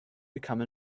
become